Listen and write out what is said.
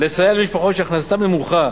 לסייע למשפחות שהכנסתן נמוכה,